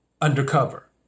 undercover